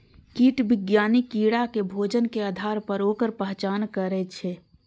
कीट विज्ञानी कीड़ा के भोजन के आधार पर ओकर पहचान करै छै